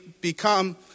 become